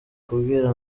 kumbwira